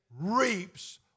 reaps